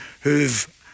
who've